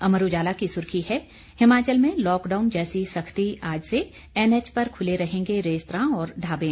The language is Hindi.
अमर उजाला की सुर्खी है हिमाचल में लॉकडाउन जैसी सख्ती आज से एनएच पर खुले रहेंगे रेस्तरां और ढाबे